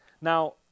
Now